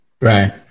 Right